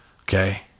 Okay